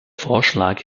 vorschlag